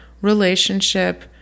relationship